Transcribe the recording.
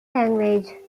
language